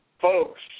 folks